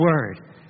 word